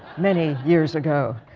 many years ago.